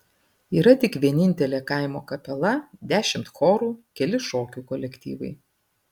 yra tik vienintelė kaimo kapela dešimt chorų keli šokių kolektyvai